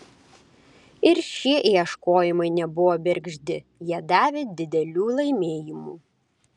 ir šie ieškojimai nebuvo bergždi jie davė didelių laimėjimų